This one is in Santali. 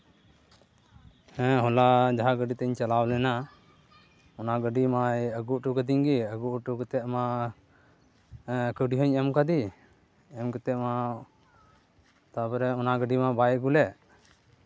ᱦᱮᱸ ᱦᱚᱞᱟ ᱡᱟᱦᱟᱸ ᱜᱟᱹᱰᱤ ᱛᱤᱧ ᱪᱟᱞᱟᱣ ᱞᱮᱱᱟ ᱚᱱᱟ ᱜᱟᱹᱰᱤ ᱢᱟᱭ ᱟᱹᱜᱩ ᱦᱚᱴᱚ ᱠᱟᱹᱫᱤᱧ ᱜᱮ ᱟᱹᱜᱩ ᱦᱚᱴᱚ ᱠᱟᱛᱮᱫ ᱢᱟ ᱠᱟᱹᱣᱰᱤ ᱦᱚᱧ ᱮᱢ ᱠᱟᱫᱮ ᱮᱢ ᱠᱟᱛᱮᱫ ᱢᱟ ᱛᱟᱨᱯᱚᱨᱮ ᱚᱱᱟ ᱜᱟᱹᱰᱤ ᱢᱟ ᱵᱟᱭ ᱟᱹᱜᱩ ᱞᱮᱜ